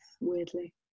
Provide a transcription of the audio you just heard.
weirdly